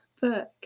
book